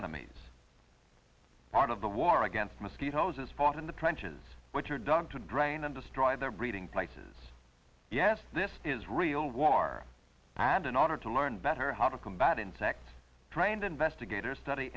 enemies part of the war against mosquitoes is fought in the trenches which are done to drain and destroy their breeding places yes this is real war and in order to learn better how to combat insects try and investigators study